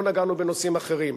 לא נגענו בנושאים אחרים.